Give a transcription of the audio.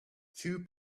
few